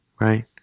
right